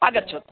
आगच्छतु